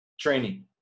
training